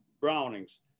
brownings